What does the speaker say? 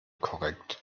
korrekt